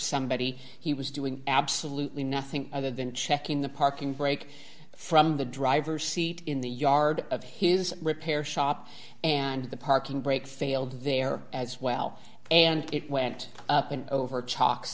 somebody he was doing absolutely nothing other than checking the parking brake from the driver's seat in the yard of his repair shop and the parking brake failed there as well and it went up and over chalk